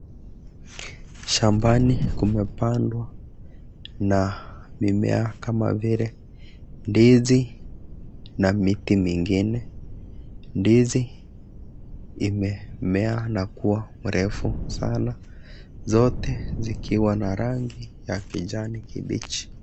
Shambani kumepandwa na mimea kama vile ndizi na miti mingine ,ndizi imemea na kuwa mrefu sana, zote zikiwa na rangi ya kijani kibichi.